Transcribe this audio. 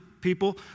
people